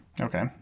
Okay